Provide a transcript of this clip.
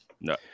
no